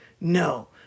No